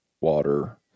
water